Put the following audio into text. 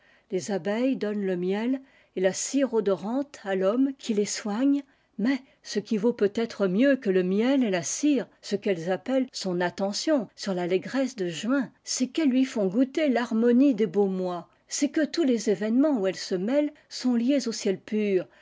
les abeilles donnent le miel et la cire odorai à l'homme qui les soigne mais ce qui vs peut-être mieux que le miel et la cire ce qu'elles appellent son attention sur l'allégresse de juin c'est qu'elles lui font goûter tharmonie des beaux mois c'est que tous les événements où elles se mêlent sont liés aux ciels purs